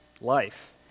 life